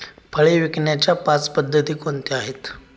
फळे विकण्याच्या पाच पद्धती कोणत्या आहेत?